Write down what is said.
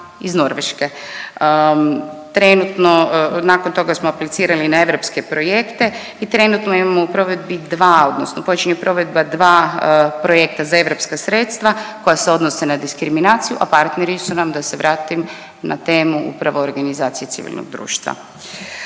iz Norveške. Trenutno, nakon toga smo aplicirali na europske projekte i trenutno imamo u provedbi dva odnosno počinje provedba dva projekta za europska sredstva koja se odnose na diskriminaciju, a partneri su nam, da se vratim na temu, upravo organizacije civilnog društva.